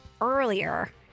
earlier